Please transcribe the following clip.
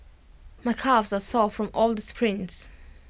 my calves are sore from all the sprints